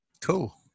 cool